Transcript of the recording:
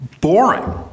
boring